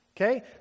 Okay